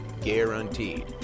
guaranteed